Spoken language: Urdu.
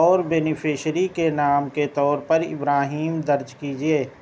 اور بینیفیشری کے نام کے طور پر ابراہیم درج کیجیے